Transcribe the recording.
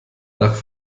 nach